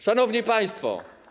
Szanowni Państwo!